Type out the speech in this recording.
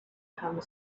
come